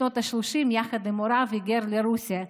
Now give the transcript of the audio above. בשנות השלושים יחד עם הוריו היגר לרוסיה,